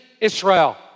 Israel